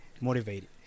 motivated